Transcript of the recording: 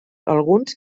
alguns